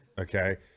okay